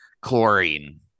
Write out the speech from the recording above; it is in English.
chlorine